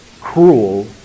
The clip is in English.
cruel